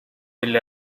will